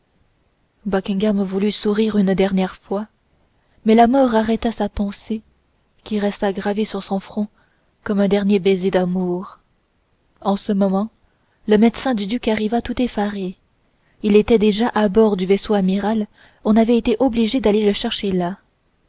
voulut sourire une dernière fois mais la mort arrêta sa pensée qui resta gravée sur son front comme un dernier baiser d'amour en ce moment le médecin du duc arriva tout effaré il était déjà à bord du vaisseau amiral on avait été obligé d'aller le chercher là